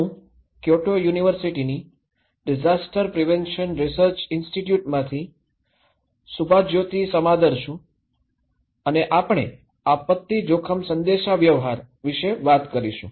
હું ક્યોટો યુનિવર્સિટીની disaster prevention research ઇન્સ્ટિટ્યૂટમાંથી સુભાજ્યોતિ સમાદર છું અને આપણે આપત્તિ જોખમ સંદેશાવ્યવહાર વિશે વાત કરીશું